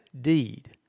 deed